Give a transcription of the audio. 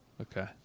Okay